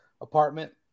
apartment